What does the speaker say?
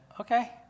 okay